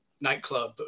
nightclub